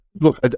look